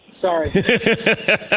Sorry